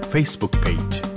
Facebook-page